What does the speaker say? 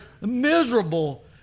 miserable